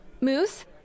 Moose